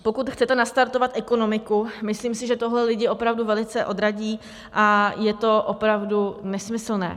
Pokud chcete nastartovat ekonomiku, myslím si, že tohle lidi opravdu velice odradí, je to opravdu nesmyslné.